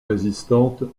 résistante